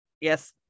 Yes